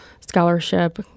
Scholarship